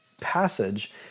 passage